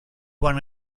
won